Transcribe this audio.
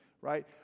right